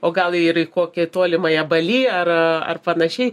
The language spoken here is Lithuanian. o gal ir į kokį tolimąją balį ar panašiai